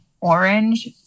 orange